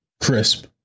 Crisp